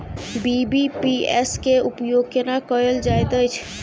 BBPS केँ उपयोग केना कएल जाइत अछि?